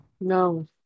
No